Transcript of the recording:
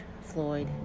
Floyd